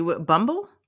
bumble